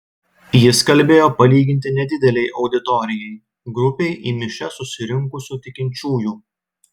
jis kalbėjo palyginti nedidelei auditorijai grupei į mišias susirinkusių tikinčiųjų